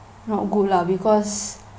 not good lah because